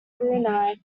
brunei